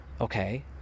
okay